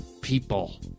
people